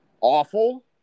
Awful